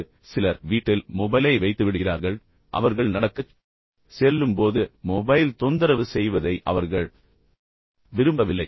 நடைபயிற்சி போது சிலர் வீட்டில் மொபைலை வைத்துவிடுகிறார்கள் அவர்கள் நடக்கச் செல்லும்போது மொபைல் தொந்தரவு செய்வதை அவர்கள் விரும்பவில்லை